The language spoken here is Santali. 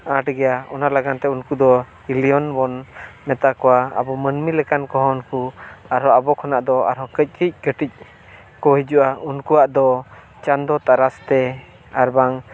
ᱟᱸᱴ ᱜᱮᱭᱟ ᱚᱱᱟ ᱞᱟᱹᱜᱤᱫ ᱛᱮ ᱩᱱᱠᱩ ᱫᱚ ᱤᱞᱤᱭᱚᱱ ᱵᱚᱱ ᱢᱮᱛᱟ ᱠᱚᱣᱟ ᱟᱵᱚ ᱢᱟᱱᱢᱤ ᱞᱮᱠᱟᱱ ᱠᱚᱦᱚᱸ ᱩᱱᱠᱩ ᱟᱨᱦᱚᱸ ᱟᱵᱚ ᱠᱷᱚᱱᱟᱜ ᱫᱚ ᱟᱨᱦᱚᱸ ᱠᱟᱹᱡᱼᱠᱟᱹᱡ ᱠᱟᱹᱴᱤᱡ ᱠᱚ ᱦᱤᱡᱩᱜᱼᱟ ᱩᱱᱠᱩᱣᱟᱜ ᱫᱚ ᱪᱟᱸᱫᱳ ᱛᱟᱨᱟᱥ ᱛᱮ ᱟᱨᱵᱟᱝ